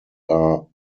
are